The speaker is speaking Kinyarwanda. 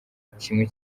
kimwe